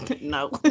No